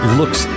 looks